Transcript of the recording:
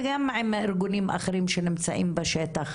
וגם עם ארגונים אחרים שנמצאים בשטח.